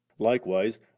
Likewise